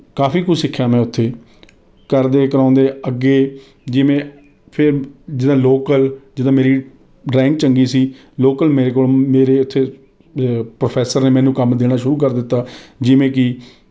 ਕਾਫ਼ੀ ਕੁੱਝ ਸਿਖਿਆ ਮੈਂ ਉੱਥੇ ਕਰਦੇ ਕਰਾਉਂਦੇ ਅੱਗੇ ਜਿਵੇਂ ਫਿਰ ਜਿੱਦਾਂ ਲੋਕਲ ਜਿੱਦਾਂ ਮੇਰੀ ਡਰਾਇੰਗ ਚੰਗੀ ਸੀ ਲੋਕਲ ਮੇਰੇ ਕੋਲ ਮੇਰੇ ਉੱਥੇ ਅ ਪ੍ਰੋਫੈਸਰ ਨੇ ਮੈਨੂੰ ਕੰਮ ਦੇਣਾ ਸ਼ੁਰੂ ਕਰ ਦਿੱਤਾ ਜਿਵੇਂ ਕਿ